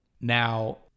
Now